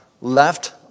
left